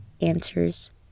answers